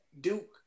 Duke